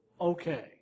okay